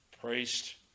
priest